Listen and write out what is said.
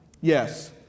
Yes